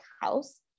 house